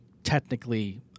Technically